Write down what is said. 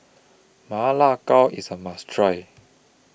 Ma Lai Gao IS A must Try